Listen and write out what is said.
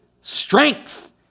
Strength